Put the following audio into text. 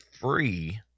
free